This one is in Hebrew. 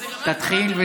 תתחיל.